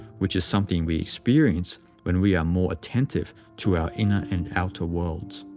which is something we experience when we are more attentive to our inner and outer worlds.